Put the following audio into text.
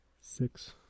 six